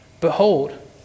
Behold